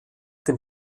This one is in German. dem